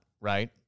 right